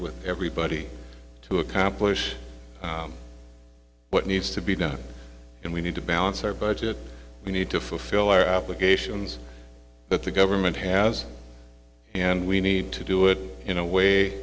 with everybody to accomplish what needs to be done and we need to balance our budget we need to fulfill our obligations but the government has and we need to do it in a way